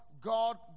God